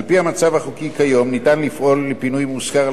על-פי המצב החוקי כיום, ניתן לפעול לפינוי מושכר.